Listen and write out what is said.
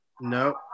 No